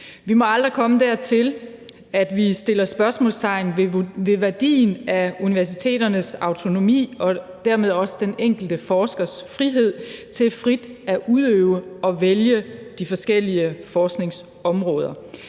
Vi må aldrig komme dertil, at vi sætter spørgsmålstegn ved værdien af universiteternes autonomi og dermed også den enkelte forskers frihed til frit at udøve og vælge de forskellige forskningsområder.